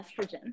estrogen